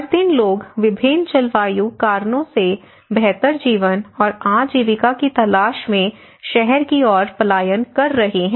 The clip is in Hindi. हर दिन लोग विभिन्न जलवायु कारणों से बेहतर जीवन और आजीविका की तलाश में शहर की ओर पलायन कर रहे हैं